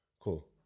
Cool